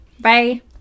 Bye